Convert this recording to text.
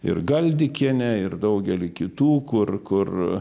ir galdikienė ir daugelį kitų kur kur